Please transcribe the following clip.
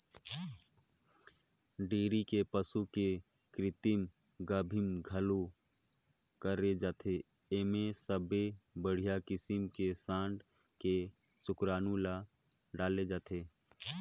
dairy के पसू के कृतिम गाभिन घलोक करे जाथे, एमा सबले बड़िहा किसम के सांड के सुकरानू ल डाले जाथे